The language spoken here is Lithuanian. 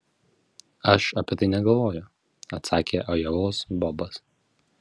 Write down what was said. aš apie tai negalvoju atsakė ajovos bobas